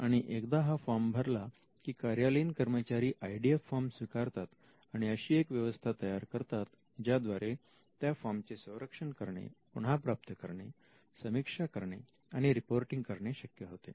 आणि एकदा हा फॉर्म भरला की कार्यालयीन कर्मचारी IDF फॉर्म स्वीकारतात आणि एक अशी व्यवस्था तयार करतात ज्याद्वारे त्या फॉर्म चे संरक्षण करणे पुन्हा प्राप्त करणे समीक्षा करणे आणि रिपोर्टिंग करणे शक्य होते